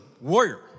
warrior